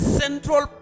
central